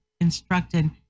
instructed